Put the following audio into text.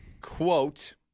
quote